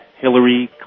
Hillary